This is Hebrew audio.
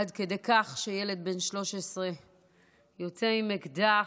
עד כדי כך שילד בן 13 יוצא עם אקדח,